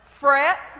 fret